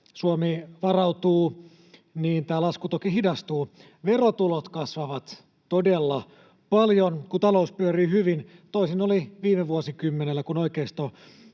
Suomi varautuu, tämä lasku toki hidastuu. Verotulot kasvavat todella paljon, kun talous pyörii hyvin. Toisin oli viime vuosikymmenellä,